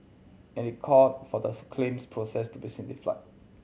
and it called for the's claims process to be simplified